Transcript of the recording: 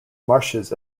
marshes